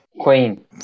Queen